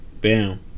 Bam